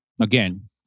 again